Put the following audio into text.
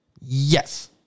yes